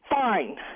fine